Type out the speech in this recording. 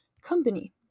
company